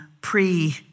pre